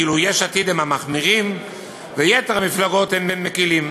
כאילו יש עתיד הם המחמירים ויתר המפלגות הם מקלים.